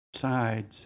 sides